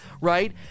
right